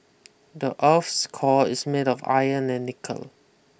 the earth's core is made of iron and nickel